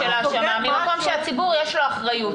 לציבור יש אחריות.